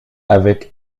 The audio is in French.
avec